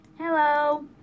Hello